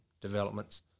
developments